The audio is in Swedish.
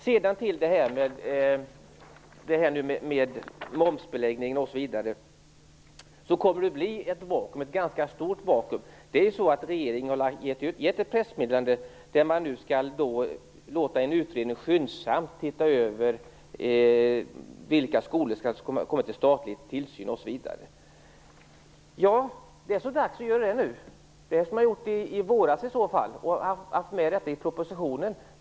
Vad gäller momsbeläggningen kommer det att bli ett ganska stort vakuum. Regeringen har utfärdat ett pressmeddelande enligt vilket man skall låta en utredning skyndsamt se över vilka skolor som skall komma under statlig tillsyn osv. Det är så dags att göra det nu. Det skulle ha gjorts i propositionen i våras.